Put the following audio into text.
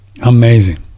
Amazing